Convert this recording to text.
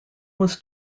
was